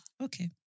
Okay